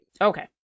Okay